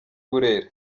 burera